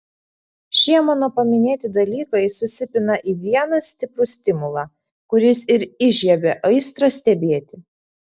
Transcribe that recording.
šie mano paminėti dalykai susipina į vieną stiprų stimulą kuris ir įžiebia aistrą stebėti